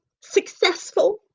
successful